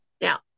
Now